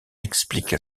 explique